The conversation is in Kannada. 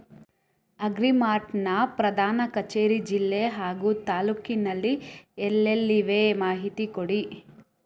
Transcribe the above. ಅಗ್ರಿ ಮಾರ್ಟ್ ನ ಪ್ರಧಾನ ಕಚೇರಿ ಜಿಲ್ಲೆ ಹಾಗೂ ತಾಲೂಕಿನಲ್ಲಿ ಎಲ್ಲೆಲ್ಲಿ ಇವೆ ಮಾಹಿತಿ ಕೊಡಿ?